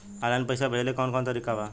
Online पइसा भेजेला कवन कवन तरीका बा?